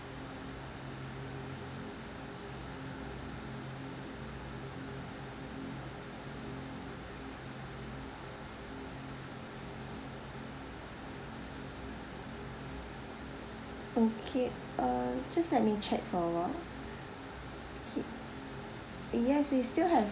okay uh just let me check for awhile K yes we still have